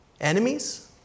Enemies